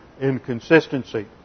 inconsistency